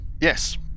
Yes